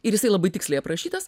ir jisai labai tiksliai aprašytas